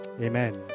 Amen